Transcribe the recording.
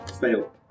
fail